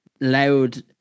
loud